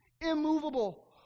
immovable